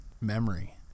memory